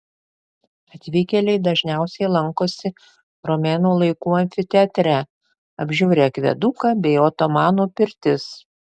atvykėliai dažniausiai lankosi romėnų laikų amfiteatre apžiūri akveduką bei otomanų pirtis